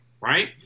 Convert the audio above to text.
right